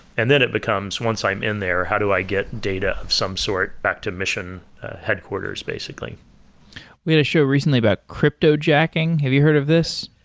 and then it becomes once i'm in there, how do i get data of some sort back to mission headquarters basically we had a show recently about cryptojacking. have you heard of this?